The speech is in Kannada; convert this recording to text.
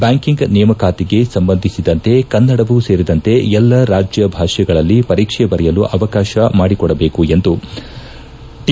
ಬ್ಯಾಂಕಿಂಗ್ ನೇಮಕಾತಿಗೆ ಸಂಬಂಧಿಸಿದಂತೆ ಕನ್ನಡವು ಸೇರಿದಂತೆ ಎಲ್ಲ ರಾಜ್ಯಭಾಷೆಗಳಲ್ಲಿ ಪರೀಕ್ಷೆ ಬರೆಯಲು ಅವಕಾಶ ಮಾಡಿಕೊಡಬೇಕೆಂದು ಟಿ